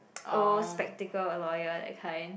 old spectacle lawyer that kind